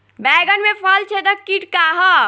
बैंगन में फल छेदक किट का ह?